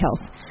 health